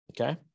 okay